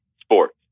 sports